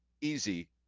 easy